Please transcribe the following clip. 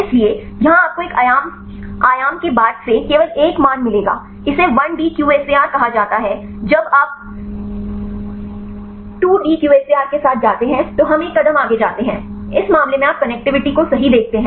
इसलिए यहां आपको एक आयाम के बाद से केवल एक मान मिलेगा इसे 1D QSAR कहा जाता है जब आप 2D QSAR के साथ जाते हैं तो हम एक कदम आगे जाते हैं इस मामले में आप कनेक्टिविटी को सही देखते हैं